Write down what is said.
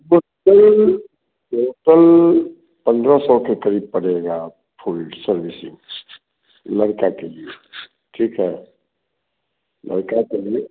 total total पंद्रह सौ के क़रीब पड़ेगा फुल सर्विसिंग लड़के के लिए ठीक है लड़का के लिए